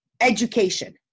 education